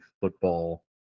football